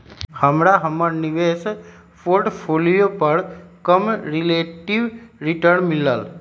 हमरा हमर निवेश पोर्टफोलियो पर कम रिलेटिव रिटर्न मिलल